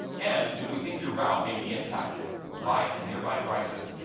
and if we think your route may be impacted by a nearby crisis,